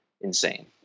insane